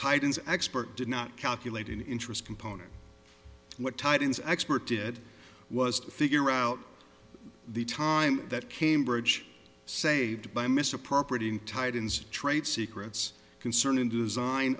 titan's expert did not calculate an interest component what tidings expert did was to figure out the time that cambridge saved by misappropriating titans trade secrets concerning design